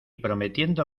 prometiendo